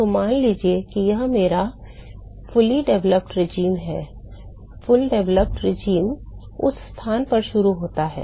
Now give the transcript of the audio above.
तो मान लीजिए कि यह मेरा पूर्ण विकसित शासन है पूर्ण विकसित शासन उस स्थान पर शुरू होता है